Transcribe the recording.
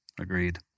agreed